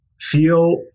feel